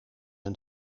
een